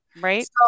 right